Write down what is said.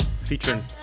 featuring